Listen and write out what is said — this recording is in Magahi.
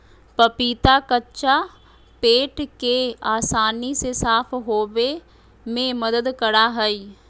पपीता कच्चा पेट के आसानी से साफ होबे में मदद करा हइ